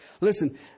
Listen